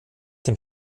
dem